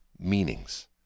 meanings